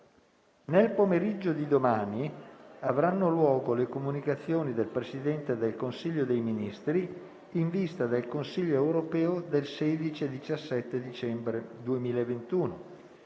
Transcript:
Nel pomeriggio di domani avranno luogo le comunicazioni del Presidente del Consiglio dei ministri in vista del Consiglio europeo del 16 e 17 dicembre 2021.